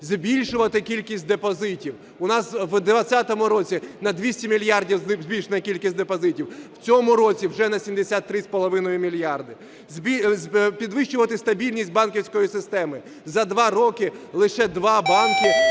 збільшувати кількість депозитів. У нас в 20-му році на 200 мільярдів збільшена кількість депозитів, в цьому році вже на 73,5 мільярда. Підвищувати стабільність банківської системи. За два роки лише два банки